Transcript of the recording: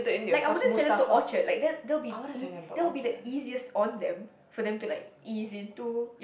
like I wouldn't send them to Orchard like that that'll be ea~ that will be the easiest on them for them to like ease into